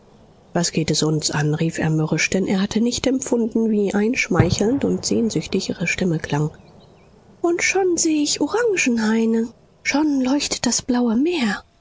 was geht es uns an rief er mürrisch denn er hatte nicht empfunden wie einschmeichelnd und sehnsüchtig ihre stimme klang und schon sehe ich orangenhaine schon leuchtet das blaue meer